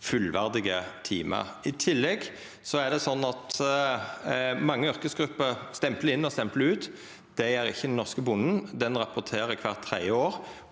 fullverdige timar. I tillegg er det sånn at mange yrkesgrupper stemplar inn og stemplar ut. Det gjer ikkje den norske bonden, han rapporterer kvart tredje